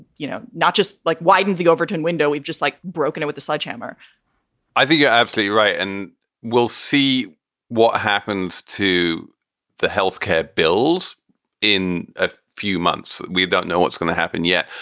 you know, not just like widen the overton window, we've just like broken it with a sledgehammer i think you're absolutely right. and we'll see what happens to the health care bills in a few months we don't know what's going to happen yet,